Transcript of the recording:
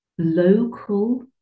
local